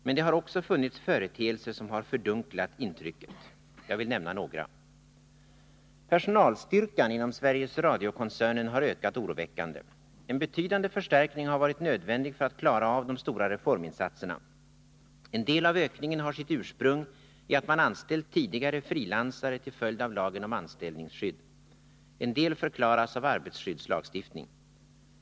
Men det har också funnits företeelser som har fördunklat intrycket. Jag vill nämna några. Personalstyrkan inom Sveriges Radio-koncernen har ökat oroväckande. En betydande förstärkning har varit nödvändig för att klara av de stora reforminsatserna. En del av ökningen har sitt ursprung i att man anställt tidigare frilansare till följd av lagen om anställningsskydd. En del förklaras av arbetsskyddslagstiftning.